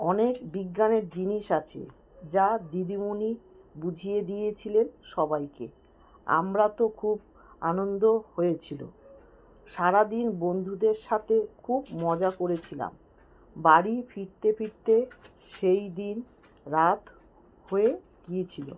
অনেক বিজ্ঞানের জিনিস আছে যা দিদিমুনি বুঝিয়ে দিয়েছিলেন সবাইকে আমরা তো খুব আনন্দ হয়েছিলো সারা দিন বন্ধুদের সাথে খুব মজা করেছিলাম বাড়ি ফিরতে ফিরতে সেই দিন রাত হয়ে গিয়েছিলো